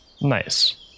Nice